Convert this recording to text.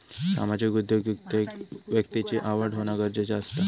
सामाजिक उद्योगिकतेत व्यक्तिची आवड होना गरजेचा असता